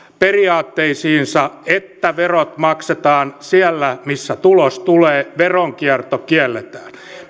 periaatteisiinsa että verot maksetaan siellä missä tulos tulee veronkierto kielletään